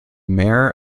mayor